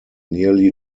nearly